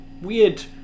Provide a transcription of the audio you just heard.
weird